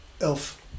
Elf